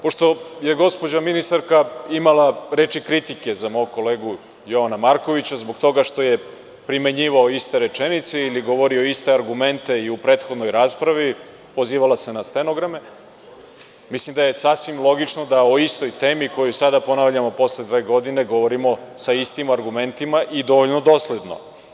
Pošto je gospođa ministarka imala reči kritike za mog kolegu Jovana Markovića zbog toga što je primenjivao iste rečenice ili govorio iste argumente i u prethodnoj raspravi, pozivala se na stenograme, mislim da je sasvim logično da o istoj temi koju sada ponavljamo posle dve godine govorimo sa istim argumentima i dovoljno dosadno.